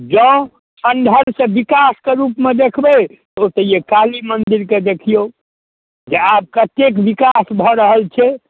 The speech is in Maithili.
जँ खण्डहरसँ विकासके रूपमे देखबै ओतैहे काली मन्दिरकेँ देखिऔ जे आब कतेक विकास भऽ रहल छै